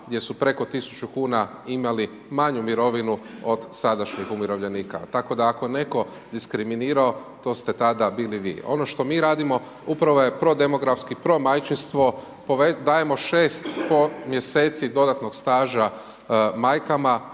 gdje su preko 1000 kuna imali manju mirovinu od sadašnjih umirovljenika. Tako da ako je netko diskriminirao, to ste tada bili vi. Ono što mi radimo upravo je prodemografski, promajčinstvo, dajemo 6,5 mjeseci dodatnog staža majkama,